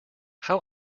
how